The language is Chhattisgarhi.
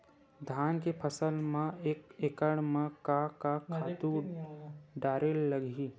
धान के फसल म एक एकड़ म का का खातु डारेल लगही?